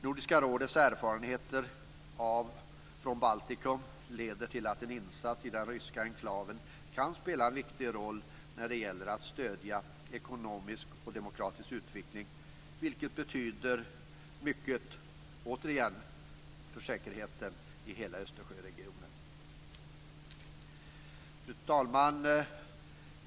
Nordiska rådets erfarenheter från Baltikum leder till att en insats i den ryska enklaven kan spela en viktig roll när det gäller att stödja ekonomisk och demokratisk utveckling, vilket återigen betyder mycket för säkerheten i hela Östersjöregionen. Fru talman!